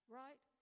right